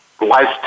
life